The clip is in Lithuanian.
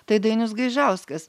tai dainius gaižauskas